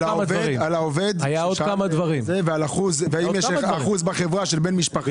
על העובד, ועל האם יש אחוז בחברה של בן משפחה.